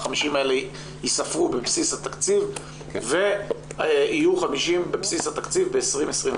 ה-50 האלה ייספרו בבסיס התקציב ויהיו 50 בבסיס התקציב ב-2021.